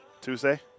Tuesday